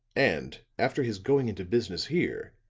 and after his going into business here,